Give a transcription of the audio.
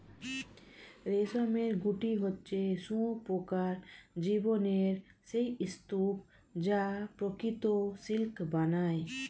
রেশমের গুটি হচ্ছে শুঁয়োপোকার জীবনের সেই স্তুপ যা প্রকৃত সিল্ক বানায়